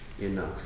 enough